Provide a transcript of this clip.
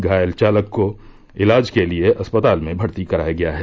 घायल चलक को इलाज के लिये अस्पताल में भर्ती कराया गया है